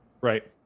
Right